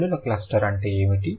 హల్లుల cluster అంటే ఏమిటి